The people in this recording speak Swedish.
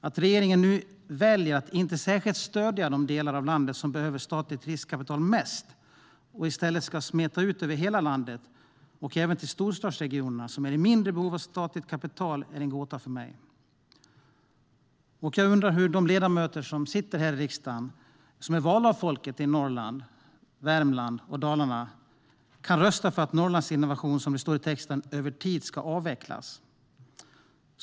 Att regeringen nu väljer att inte särskilt stödja de delar av landet som behöver statligt riskkapital mest och i stället ska smeta ut det över hela landet och även till storstadsregionerna, som är i mindre behov av statligt kapital, är en gåta för mig. Jag undrar hur de ledamöter som sitter i riksdagen och som är valda av folket i Norrland, Värmland och Dalarna kan rösta för att Inlandsinnovation över tid ska avvecklas, som det står i texten.